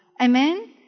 Amen